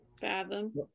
Fathom